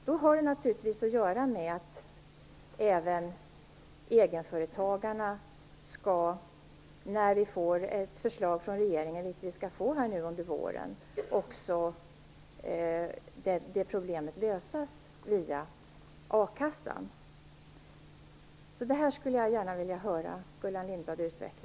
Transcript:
Det har naturligtvis att göra med att även problemet med egenföretagarna, när vi får ett förslag från regeringen vilket vi skall få här nu under våren, skall lösas via a-kassan. Det här skulle jag gärna vilja höra Gullan Lindblad utveckla.